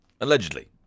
Allegedly